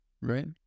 right